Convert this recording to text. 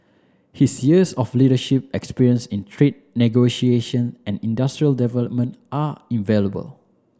his years of leadership experience in trade negotiation and industrial development are invaluable